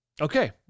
Okay